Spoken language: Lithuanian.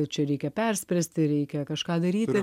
čia reikia perspręsti reikia kažką daryti